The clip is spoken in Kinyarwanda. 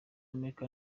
america